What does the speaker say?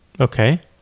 Okay